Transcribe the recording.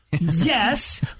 Yes